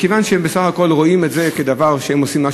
מכיוון שהם בסך הכול רואים את זה כדבר ציבורי שהם עושים.